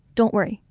don't worry,